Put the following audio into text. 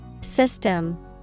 System